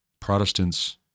Protestants